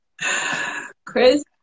Chris